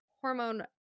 hormone